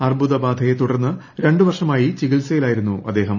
അർബുദ ബാധയെ തുടർന്ന് രണ്ടു വർഷമായി ചികിത്സയിലായിരുന്നു അദ്ദേഹം